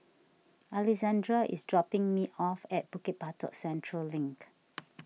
Alexandra is dropping me off at Bukit Batok Central Link